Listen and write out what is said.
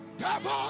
Devil